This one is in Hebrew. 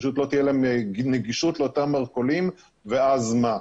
פשוט לא תהיה להם נגישות לאותם מרכולים ואז מה?